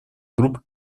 групп